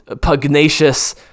pugnacious